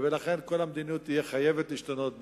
ולכן כל המדיניות תהיה חייבת להשתנות,